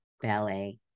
ballet